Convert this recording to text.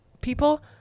people